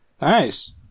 nice